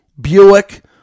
Buick